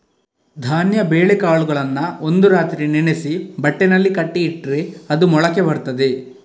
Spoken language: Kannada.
ಧಾನ್ಯ ಬೇಳೆಕಾಳುಗಳನ್ನ ಒಂದು ರಾತ್ರಿ ನೆನೆಸಿ ಬಟ್ಟೆನಲ್ಲಿ ಕಟ್ಟಿ ಇಟ್ರೆ ಅದು ಮೊಳಕೆ ಬರ್ತದೆ